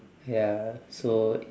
ya so